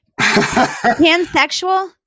Pansexual